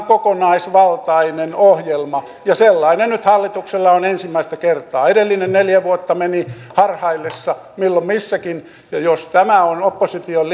kokonaisvaltainen ohjelma ja sellainen hallituksella on nyt ensimmäistä kertaa edellinen neljä vuotta meni harhaillessa milloin missäkin ja jos tämä on opposition